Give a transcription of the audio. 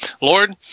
Lord